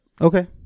Okay